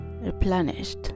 replenished